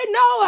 no